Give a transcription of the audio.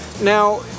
now